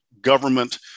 government